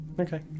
Okay